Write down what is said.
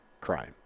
crime